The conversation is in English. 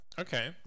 okay